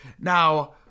Now